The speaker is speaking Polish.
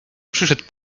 przyszedł